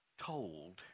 Told